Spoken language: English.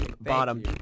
Bottom